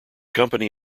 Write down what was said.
company